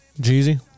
Jeezy